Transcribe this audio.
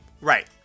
Right